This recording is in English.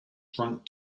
drunk